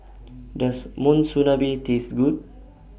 Does Monsunabe Taste Good